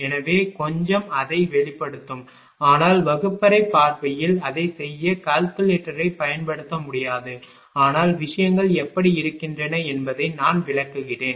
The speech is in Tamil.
எனவே கொஞ்சம் அதை வெளிப்படுத்தும் ஆனால் வகுப்பறை பார்வையில் அதை செய்ய கால்குலேட்டரைப் பயன்படுத்த முடியாது ஆனால் விஷயங்கள் எப்படி இருக்கின்றன என்பதை நான் விளக்குகிறேன்